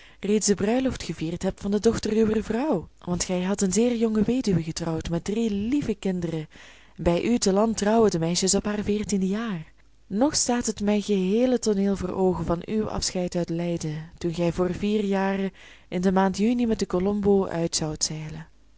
reeds de bruiloft gevierd hebt van de dochter uwer vrouw want gij hadt een zeer jonge weduwe getrouwd met drie lieve kinderen en bij u te land trouwen de meisjes op haar veertiende jaar nog staat mij het geheele tooneel voor oogen van uw afscheid uit leiden toen gij voor vier jaren in de maand juni met den colombo uit zoudt